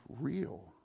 real